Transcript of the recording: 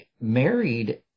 married